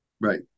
Right